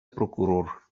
прокурор